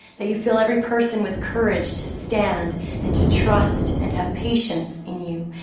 that you fill every person with courage to stand and to trust and to have patience in you.